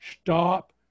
stop